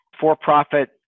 for-profit